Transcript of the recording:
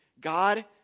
God